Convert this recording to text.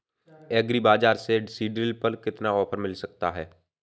Agree बाजार से seed drill पर कितना ऑफर मिल सकता है?